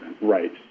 Right